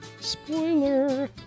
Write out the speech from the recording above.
Spoiler